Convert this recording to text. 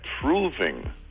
proving